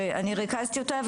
שאני ריכזתי אותה,